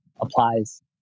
applies